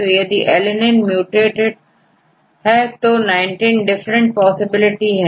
तो यदि alanine utated हो रहा है तो19 डिफरेंट पॉसिबिलिटी है